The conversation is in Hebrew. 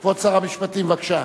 כבוד שר המשפטים, בבקשה.